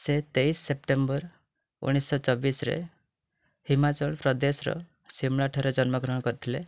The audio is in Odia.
ସେ ତେଇଶ ସେପ୍ଟେମ୍ବର ଉଣେଇଶ ଚବିଶରେ ହିମାଚଳପ୍ରଦେଶର ଶିମଳାଠାରେ ଜନ୍ମ ଗ୍ରହଣ କରିଥିଲେ